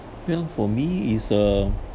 well for me is a